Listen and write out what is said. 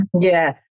Yes